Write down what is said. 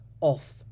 off